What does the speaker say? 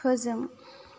फोजों